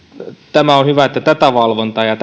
tämä on hyvä että myös valvontaa ja